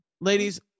Ladies